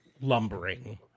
lumbering